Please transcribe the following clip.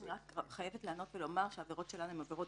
אני רק חייבת לענות ולומר שהעבירות שלנו הן עבירות